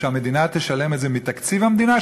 שהמדינה תשלם את זה מתקציב המדינה,